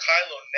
Kylo